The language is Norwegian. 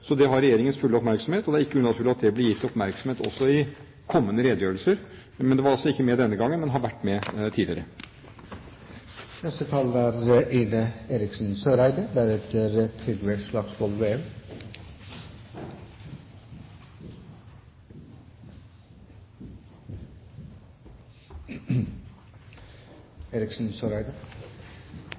Det har Regjeringens fulle oppmerksomhet, og det er ikke unaturlig at det blir gitt oppmerksomhet også i kommende redegjørelser. Det var ikke med denne gangen, men har vært med